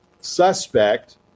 suspect